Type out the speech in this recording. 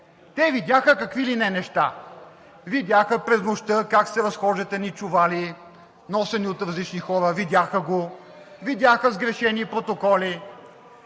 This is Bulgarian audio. Те видяха какви ли не неща. Видяха през нощта как се разхождат едни чували, носени от различни хора – видяха го, видяха сгрешени протоколи